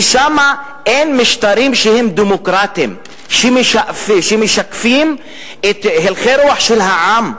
כי שם אין משטרים דמוקרטיים שמשקפים את הלכי הרוח של העם.